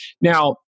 Now